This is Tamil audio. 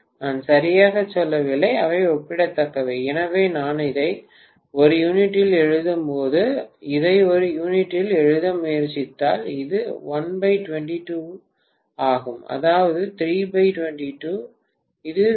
நான் சரியாகச் சொல்லவில்லை அவை ஒப்பிடத்தக்கவை எனவே நான் இதை ஒரு யூனிட்டில் எழுதும்போது இதை ஒரு யூனிட்டில் எழுத முயற்சித்தால் இது 122 ஆகும் அதாவது 322 இது 0